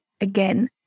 again